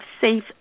safe